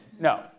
No